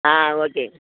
ஆ okay